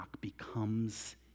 becomes